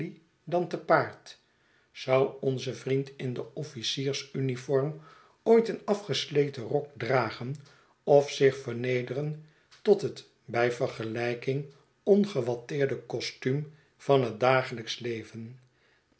dan te paard zou onze vriend in de officiers uniform ooit een afgesleten rok dragen of zich vernederen tot het bij vergelijking ongewatteerde costuum van het dagelijksch leven